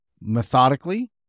methodically